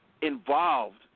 involved